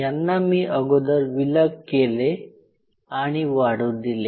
यांना मी अगोदर विलग केले आणि वाढू दिले